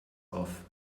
auf